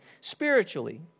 spiritually